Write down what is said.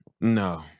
No